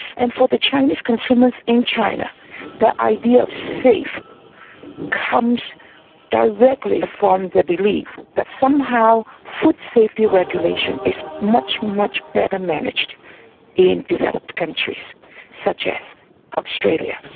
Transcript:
and for the chinese consumers in china the idea of safe comes directly from the belief that somehow food safety regulation is much, much better managed in developed countries such as australia,